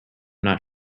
not